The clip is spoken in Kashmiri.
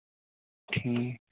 ٹھیٖک